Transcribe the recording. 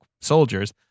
soldiers